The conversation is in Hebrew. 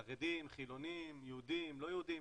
חרדים, חילונים, יהודים, לא יהודים,